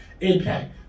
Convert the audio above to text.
Impact